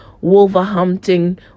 Wolverhampton